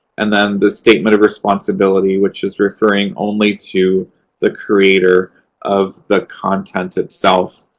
and then the statement of responsibility, which is referring only to the creator of the content itself.